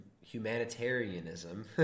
humanitarianism